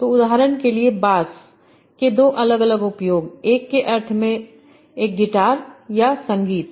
तो उदाहरण के लिए बास के दो अलग अलग उपयोग एक के अर्थ में संदर्भ समय 1028 एक गिटार या संगीत